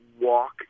walk